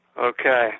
Okay